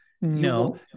No